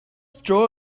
dro